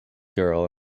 girl